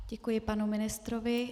Děkuji panu ministrovi.